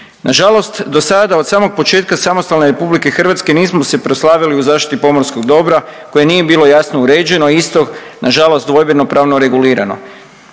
Nažalost do sada od samog početka samostalne RH nismo se proslavili u zaštiti pomorskog dobra koje nije bilo jasno uređeno, a isto nažalost dvojbenopravno regulirano.